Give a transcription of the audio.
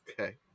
Okay